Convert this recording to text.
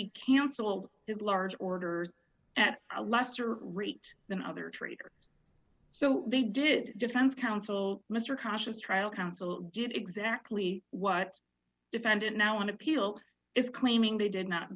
he cancelled it large orders at a lesser rate than other trader so they did it defense counsel mr cautious trial counsel did exactly what defendant now on appeal is claiming they did not